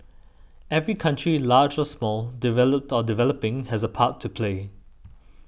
every country large or small developed or developing has a part to play